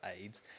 AIDS